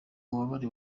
bubabare